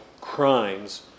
crimes